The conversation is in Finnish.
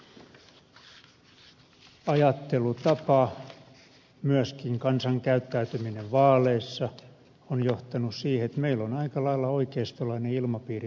ajattelutapa myöskin kansan käyttäytyminen vaaleissa on johtanut siihen että meillä on aika lailla oikeistolainen ilmapiiri tässä maassa